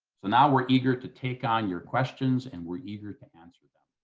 so now we're eager to take on your questions, and we're eager to answer them.